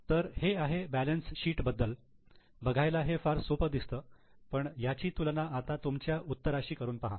तर हे आहे बॅलन्स शीट बद्दल बघायला हे फार सोपं दिसतं पण याची तुलना आता तुमच्या उत्तराशी करून पहा